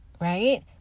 Right